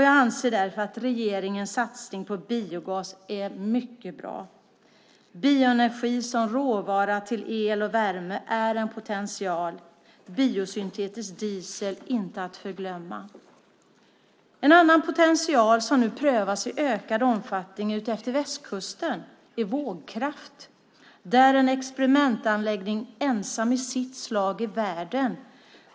Jag anser därför att regeringens satsning på biogas är mycket bra. Bioenergi som råvara till el och värme är en potential - biosyntetisk diesel inte att förglömma. En annan potential som nu prövas i ökad omfattning utefter västkusten är vågkraft där det finns en experimentanläggning som är ensam i sitt slag i världen.